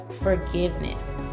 forgiveness